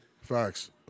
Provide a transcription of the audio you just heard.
Facts